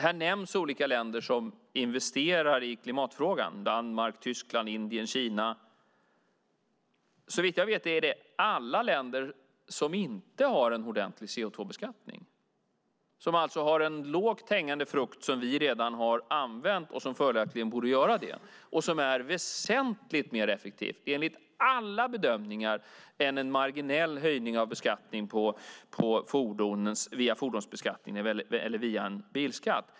Här nämns olika länder som investerar i klimatfrågan - Danmark, Tyskland, Indien, Kina. Såvitt jag vet är de alla länder som inte har en ordentlig CO2-beskattning, som alltså har en lågt hängande frukt som vi redan har använt och som följaktligen borde använda den. Den är väsentligt mer effektiv, enligt alla bedömningar, än en marginell höjning av en fordonsbeskattning eller bilskatt.